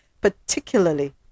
particularly